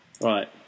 Right